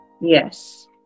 yes